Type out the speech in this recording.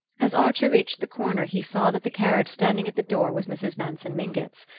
as archer reached the corner he saw that the carriage standing at the door was mrs. manson mingott's.